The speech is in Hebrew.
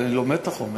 אבל אני לומד את החומר,